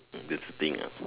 this thing ah